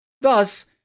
Thus